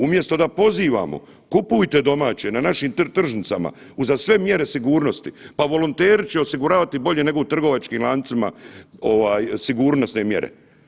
Umjesto da pozivamo kupujte domaće na našim tržnicama, uza sve mjere sigurnosti, pa volonteri će osiguravati bolje nego u trgovačkim lancima sigurnosne mjere.